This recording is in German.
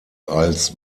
als